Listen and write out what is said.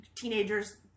teenagers